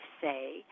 say